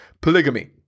Polygamy